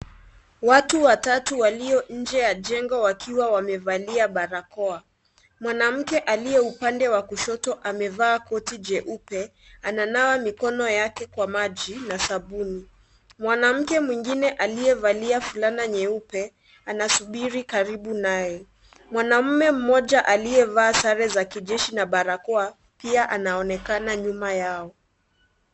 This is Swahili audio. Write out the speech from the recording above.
Watu watatu walio nje ya jengo wakiwa wamevalia barakoa mwanamke aliye upande wa kushoto amevaa koti jeupe ananawa mikono yake kwa maji na sabuni. Mwanamke wingine aliyevaa fulana nyeupe anasubiri karibu naye mwanamme mmoja aliyevaa sare za kijeshi na barakoa pia anaonekana nyuma yao.